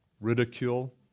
ridicule